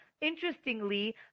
interestingly